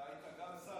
רשות העתיקות לשם?